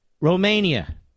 Romania